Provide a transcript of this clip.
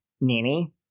Nini